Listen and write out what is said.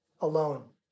alone